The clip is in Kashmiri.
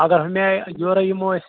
اگر ہُمہِ آیہِ یورَے یِمو أسۍ